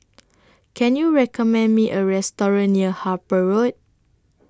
Can YOU recommend Me A Restaurant near Harper Road